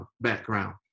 background